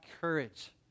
courage